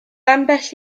ambell